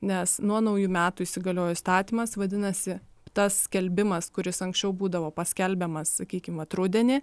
nes nuo naujų metų įsigaliojo įstatymas vadinasi tas skelbimas kuris anksčiau būdavo paskelbiamas sakykim vat rudenį